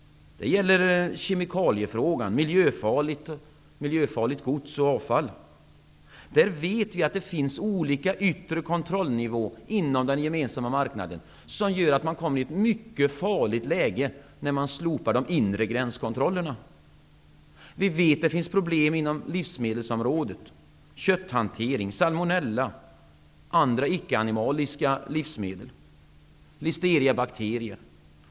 Det gäller kemikaliefrågan, miljöfarligt gods och avfall. Där vet vi att det finns olika yttre kontrollnivåer inom den gemensamma marknaden som gör att man kommer i ett mycket farligt läge när man slopar de inre gränskontrollerna. Vi vet att det finns problem inom livsmedelsområdet, kötthantering, när det gäller salmonella, icke-animaliska livsmedel, listeriabakterien.